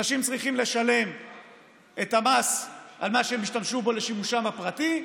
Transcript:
אנשים צריכים לשלם את המס על מה שהם השתמשו בו לשימושם הפרטי,